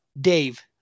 dave